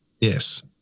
yes